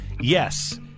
yes